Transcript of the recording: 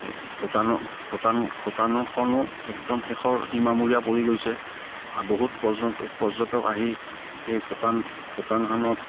ভূটানৰ ভূটান ভূটানখনো একদম শেষৰ সীমামূৰীয়া পৰি গৈছে বহুত পৰ্যটক আহি সেই ভূটান ভূটানখনত